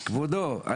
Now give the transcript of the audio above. כבודו,